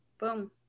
Boom